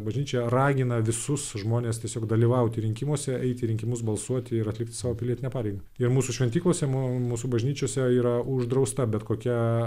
bažnyčia ragina visus žmones tiesiog dalyvauti rinkimuoseeiti į rinkimus balsuoti ir atlikti savo pilietinę pareigą ir mūsų šventyklose mums mūsų bažnyčiose yra uždrausta bet kokia